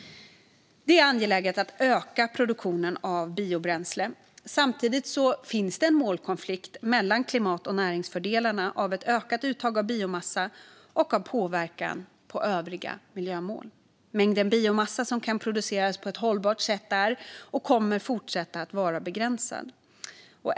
Det är angeläget att öka produktionen av biobränslen. Samtidigt finns det en målkonflikt mellan klimat och näringsfördelarna med ett ökat uttag av biomassa och påverkan på övriga miljömål. Mängden biomassa som kan produceras på ett hållbart sätt är, och kommer att fortsätta vara, begränsad.